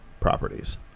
properties